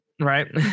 right